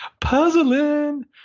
puzzling